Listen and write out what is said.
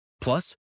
Plus